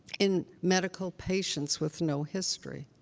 in medical patients with no history.